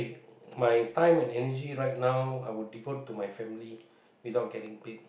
my time and energy right now I would devote to my family without getting paid